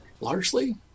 Largely